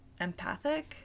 empathic